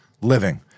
living